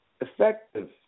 Effective